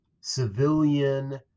civilian